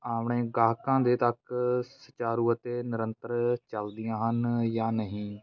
ਆਪਣੇ ਗਾਹਕਾਂ ਦੇ ਤੱਕ ਸੰਚਾਰੂ ਅਤੇ ਨਿਰੰਤਰ ਚੱਲਦੀਆਂ ਹਨ ਜਾਂ ਨਹੀਂ